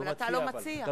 אבל אתה לא מציע,